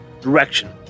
direction